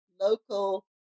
local